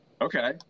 okay